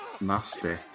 Nasty